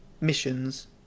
missions